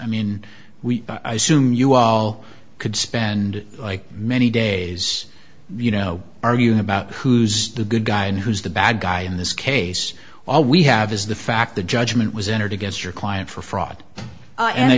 all could spend like many days you know arguing about who's the good guy and who's the bad guy in this case all we have is the fact the judgment was entered against your client for fraud